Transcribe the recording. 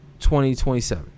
2027